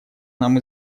нам